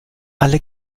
alle